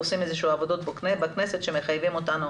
עושים איזה שהן עבודות בכנסת ומחייבים אותנו